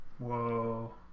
Whoa